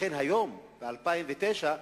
ולכן היום, ב-2009,